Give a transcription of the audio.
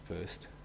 First